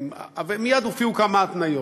מייד הופיעו כמה התניות,